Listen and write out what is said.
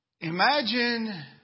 Imagine